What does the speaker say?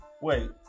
wait